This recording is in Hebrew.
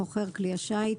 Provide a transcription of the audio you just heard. חוכר כלי השיט,